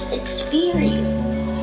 experience